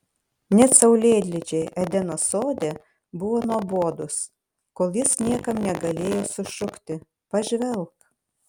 net saulėlydžiai edeno sode buvo nuobodūs kol jis niekam negalėjo sušukti pažvelk